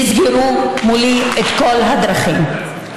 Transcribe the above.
נסגרו לי כל הדרכים.